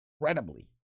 incredibly